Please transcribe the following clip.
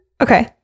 Okay